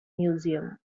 museum